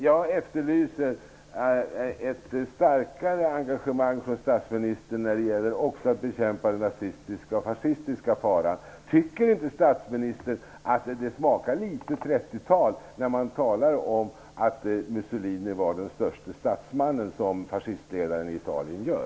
Jag efterlyser ett starkare engagemang från statsministern när det gäller att bekämpa den nazistiska och fascistiska faran. Tycker inte statsministern att det smakar litet trettiotal när fascistledaren i Italien talar om att Mussolini var den störste statsmannen?